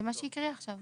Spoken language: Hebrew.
זה מה שהיא הקריאה עכשיו.